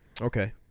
Okay